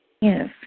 Yes